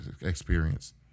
experience